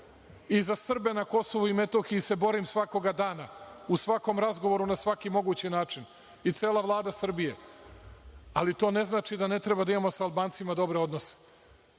I, za Srbe na KiM se borim svakoga dana, u svakom razgovoru, na svaki mogući način i cela Vlada Srbije, ali to ne znači da ne treba da imamo sa Albancima dobre odnose.